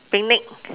picnic